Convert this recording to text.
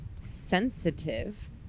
sensitive